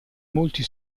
molti